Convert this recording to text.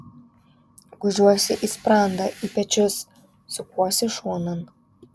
gūžiuosi į sprandą į pečius sukuosi šonan